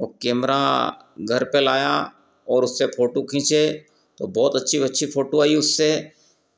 वह केमरा घर पर लाया ओर उससे फोटू खींचे तो बहुत अच्छी अच्छी फ़ोटो आई उससे